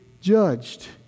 judged